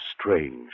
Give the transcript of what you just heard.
strange